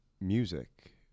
music